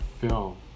film